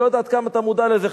אני לא יודע עד כמה אתה מודע לזה,